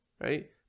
right